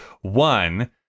one